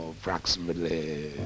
approximately